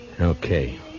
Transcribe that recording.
Okay